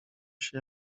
się